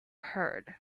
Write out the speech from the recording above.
heard